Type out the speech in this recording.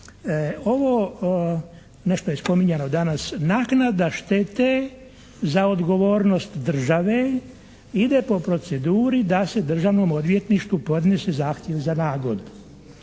Ovo nešto je spominjano danas, naknada štete za odgovornost države ide po proceduri da se Državnom odvjetništvu podnese zahtjev za nagodbu.